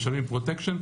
משלמים פרוטקשן,